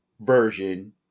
version